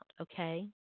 okay